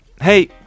Hey